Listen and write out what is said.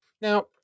Now